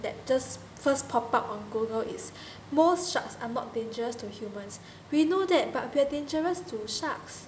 that just first pop up on google is most sharks are not dangerous to humans we know that but we are dangerous to sharks